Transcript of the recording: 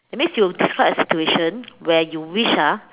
that means you describe a situation where you wish ah